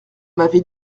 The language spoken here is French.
m’avait